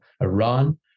Iran